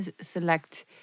select